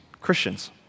Christians